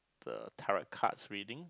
uh tarot cards reading